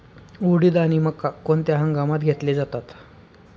उडीद आणि मका कोणत्या हंगामात घेतले जातात?